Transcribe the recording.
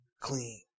clean